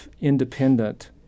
independent